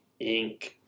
Inc